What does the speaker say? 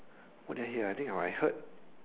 what did I hear I think I heard